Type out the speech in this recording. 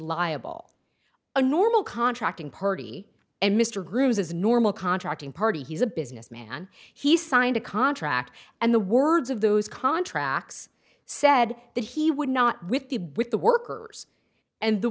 liable a normal contracting party and mr grooms as normal contracting party he's a businessman he signed a contract and the words of those contracts said that he would not with the with the workers and the